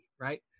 right